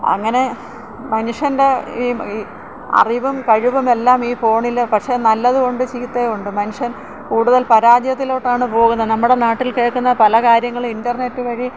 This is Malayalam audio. അങ്ങനെ മനുഷ്യൻ്റെ ഈ ഈ അറിവും കഴിവുമെല്ലാം ഈ ഫോണിൽ പക്ഷെ നല്ലതും ഉണ്ട് ചീത്തയും ഉണ്ട് മനുഷ്യൻ കൂടുതൽ പരാജയത്തിലോട്ടാണ് പോകുന്നത് നമ്മുടെ നാട്ടിൽ കേൾക്കുന്ന പല കാര്യങ്ങളും ഇൻറ്റർനെറ്റ് വഴി